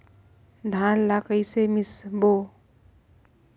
धान ला कइसे मिसबो?